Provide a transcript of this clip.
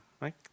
right